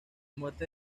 muerte